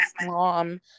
mom